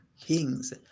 kings